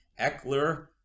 Eckler